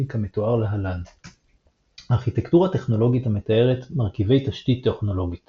כמתואר להלן ארכיטקטורה טכנולוגית המתארת מרכיבי תשתית טכנולוגית